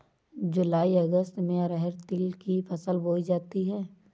जूलाई अगस्त में अरहर तिल की फसल बोई जाती हैं